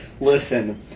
Listen